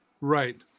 Right